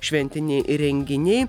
šventiniai renginiai